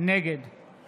נגד